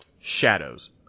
Shadows